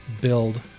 build